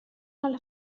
alla